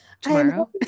Tomorrow